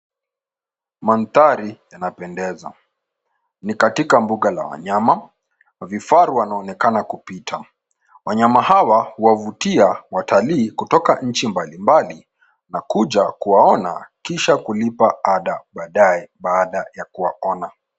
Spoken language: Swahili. Mandhari yanapendeza. Ni katika bunga la wanyama na vifaru wanaonekana kupita. Wanyama hawa wavutia watali kutoka nchi mbalimbali na kuja kuwaona kisha kulipa ada baadaye, baada ya kuwaona.